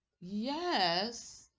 yes